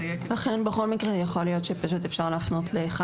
לכן בכל מקרה יכול להיות שפשוט אפשר להפנות ל-(1)